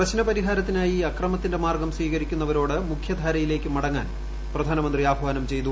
പ്രശ്നപരിഹാരത്തിനായി അക്രമത്തിന്റെ മാർഗ്ഗം സ്വീകരിക്കുന്നവരോട് മുഖ്യധാരയിലേക്ക് മടങ്ങുവാൻ പ്രധാനമന്ത്രി ആഹ്വാനം ചെയ്തു